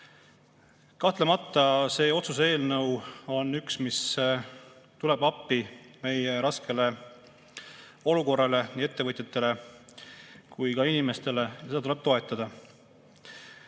Kahtlemata, see otsuse eelnõu on üks, mis tuleb appi meie raskes olukorras nii ettevõtjatele kui ka inimestele, ja seda tuleb toetada.